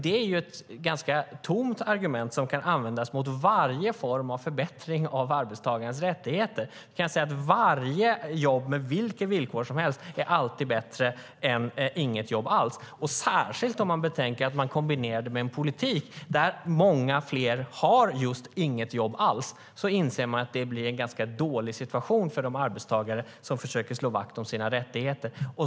Det är ett ganska tomt argument som kan användas mot varje form av förbättring av arbetstagarens rättigheter. Varje jobb, med vilka villkor som helst, är alltid bättre än inget jobb alls, särskilt om man kombinerar det med en politik som innebär att det finns många fler med inget jobb alls. Då inser man att situationen blir ganska dålig för de arbetstagare som försöker slå vakt om sina rättigheter.